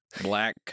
Black